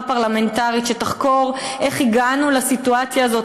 פרלמנטרית שתחקור איך הגענו לסיטואציה הזאת,